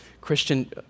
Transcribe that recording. Christian